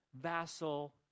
Vassal